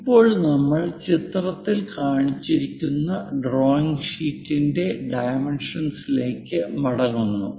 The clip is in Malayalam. ഇപ്പോൾ നമ്മൾ ചിത്രത്തിൽ കാണിച്ചിരിക്കുന്ന ഡ്രോയിംഗ് ഷീറ്റിന്റെ ഡൈമെൻഷന്സ്ലേക്ക് മടങ്ങുന്നു